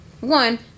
one